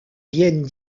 viennent